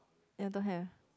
ya don't have